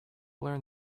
learn